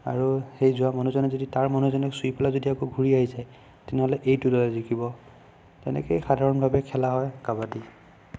আৰু সেই যোৱা মানুহজনে যদি তাৰ মানুহজনক চুই পেলাই যদি আকৌ ঘূৰি আহি যায় তেনেহ'লে এইটো দল জিকিব তেনেকেই সাধাৰণভাৱে খেলা হয় কাবাডী